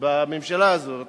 בממשלה הזאת